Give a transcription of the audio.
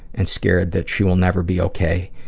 and scared that she will never be okay